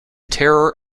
terror